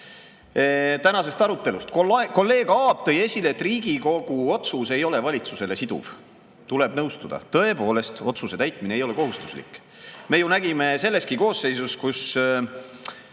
läinud. Tänasest arutelust. Kolleeg Aab tõi esile, et Riigikogu otsus ei ole valitsusele siduv. Tuleb nõustuda – tõepoolest, otsuse täitmine ei ole kohustuslik. Me ju nägime selleski koosseisus, kui